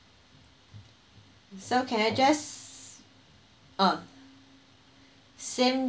so can I just uh same